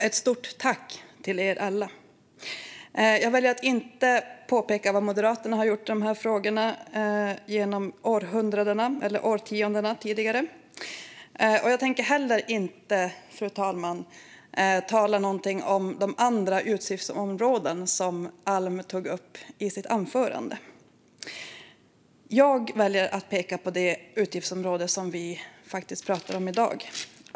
Ett stort tack till er alla! Jag väljer att inte påpeka vad Moderaterna har gjort i de här frågorna genom årtiondena, och jag tänker heller inte, fru talman, tala någonting om de andra utgiftsområden som Alm tog upp i sitt anförande. Jag väljer att peka på det utgiftsområde som vi faktiskt pratar om i dag.